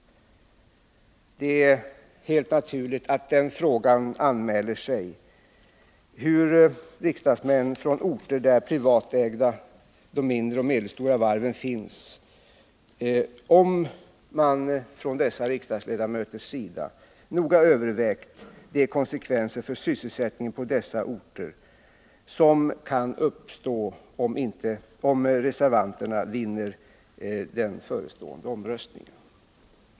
Det är helt naturligt att den frågan anmäler sig om riksdagsmän från orter där de mindre och medelstora privatägda varven finns noga har övervägt de konsekvenser för sysselsättningen på dessa orter som kan uppstå om reservanterna vinner den förestående omröstningen.